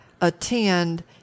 attend